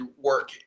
work